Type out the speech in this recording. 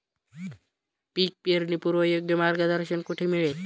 पीक पेरणीपूर्व योग्य मार्गदर्शन कुठे मिळेल?